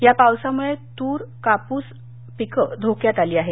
या पावसामुळे तूर कापूस पीक धोक्यात आली आहेत